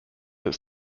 its